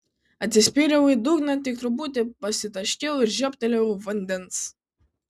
atsispyriau į dugną tik truputį pasitaškiau ir žiobtelėjau vandens